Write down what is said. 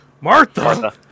Martha